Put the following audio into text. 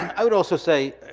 i would also say,